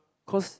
cause